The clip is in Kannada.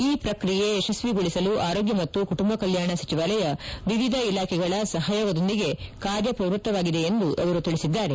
ಈ ಪ್ರಕ್ರಿಯೆ ಯಶಸ್ವಿಗೊಳಿಸಲು ಆರೋಗ್ಗ ಮತ್ತು ಕುಟುಂಬ ಕಲ್ಲಾಣ ಸಚಿವಾಲಯ ವಿವಿಧ ಇಲಾಖೆಗಳ ಸಹಯೋಗದೊಂದಿಗೆ ಕಾರ್ಯ ಶ್ರವೃತ್ತವಾಗಿವೆ ಎಂದು ಅವರು ತಿಳಿಸಿದ್ದಾರೆ